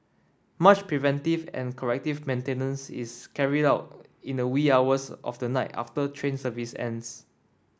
much preventive and corrective maintenance is carried out in the wee hours of the night after train service ends